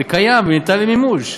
זה קיים וניתן למימוש.